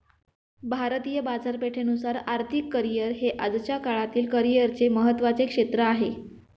भारतीय बाजारपेठेनुसार आर्थिक करिअर हे आजच्या काळातील करिअरचे महत्त्वाचे क्षेत्र आहे